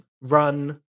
run